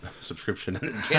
subscription